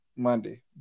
Monday